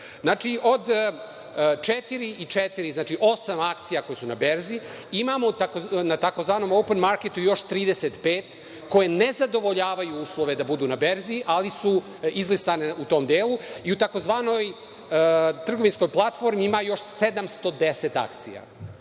zapad. Znači, od osam akcija koje su na berzi imamo na tzv. „open marketu“ još 35 koje ne zadovoljavaju uslove da budu na berzi, ali su izlistane u tom delu i u tzv. trgovinskoj platformi ima još 710 akcija,